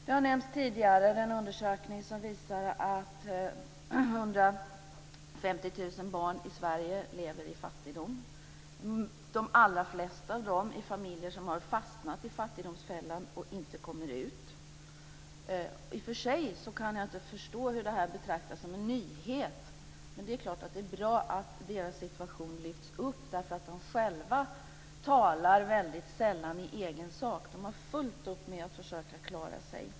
Det har tidigare talats om den undersökning som visar att 150 000 barn i Sverige lever i fattigdom. I de allra flesta fall är det fråga om familjer som har fastnat i fattigdomsfällan och inte kommer ut. I och för sig kan jag inte förstå att det här betraktas som en nyhet, men det är klart att det är bra att deras situation lyfts fram. De själva talar väldigt sällan i egen sak. De har fullt upp med att försöka klara sig.